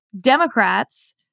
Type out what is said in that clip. Democrats